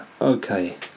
Okay